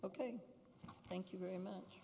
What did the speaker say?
ok thank you very much